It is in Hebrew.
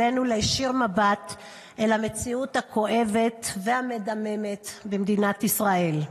עלינו להיישיר מבט אל המציאות הכואבת והמדממת במדינת ישראל.